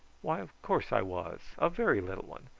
why, of course i was a very little one.